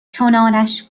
چنانش